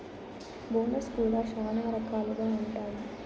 bonus కూడా శ్యానా రకాలుగా ఉంటాయి